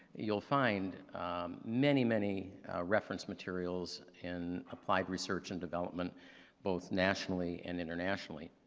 you'll find many, many reference materials and applied research and development both nationally and internationally.